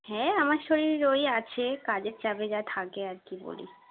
হ্যাঁ আমার শরীর ওই আছে কাজের চাপে যা থাকে আর কি বলি